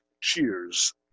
cheers